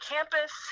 Campus